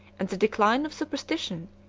and the decline of superstition,